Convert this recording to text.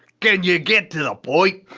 can you get to the point?